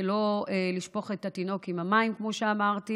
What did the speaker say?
ולא לשפוך את התינוק עם המים, כמו שאמרתי.